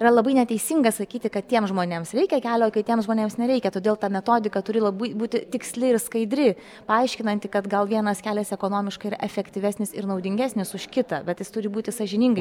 yra labai neteisinga sakyti kad tiems žmonėms reikia kelio o kitiems žmonėms nereikia todėl ta metodika turi labai būti tiksli ir skaidri paaiškinanti kad gal vienas kelias ekonomiškai yra efektyvesnis ir naudingesnis už kitą bet jis turi būti sąžiningai